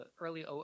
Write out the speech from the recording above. early